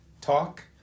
talk